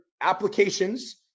applications